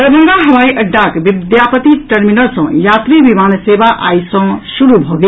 दरभंगा हवाई अड्डाक विद्यापति टर्मिनल सँ यात्री विमान सेवा आई सँ शुरू भऽ गेल